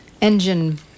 engine